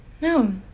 no